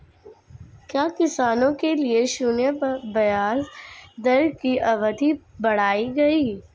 क्या किसानों के लिए शून्य ब्याज दर की अवधि बढ़ाई गई?